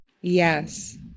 yes